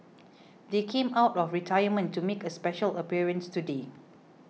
they came out of retirement to make a special appearance today